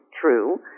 true